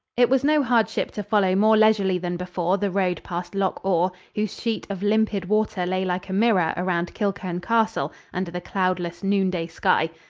it was no hardship to follow more leisurely than before the road past loch awe, whose sheet of limpid water lay like a mirror around kilchurn castle under the cloudless, noonday sky.